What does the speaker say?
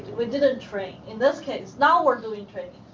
we didn't train in this case. now, we're doing training.